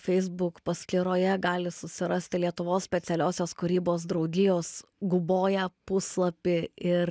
feisbuk paskyroje gali susirasti lietuvos specialiosios kūrybos draugijos guboja puslapį ir